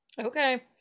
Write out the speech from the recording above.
Okay